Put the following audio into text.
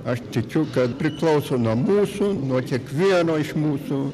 aš tikiu kad priklauso nuo mūsų nuo kiekvieno iš mūsų